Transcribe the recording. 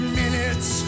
minutes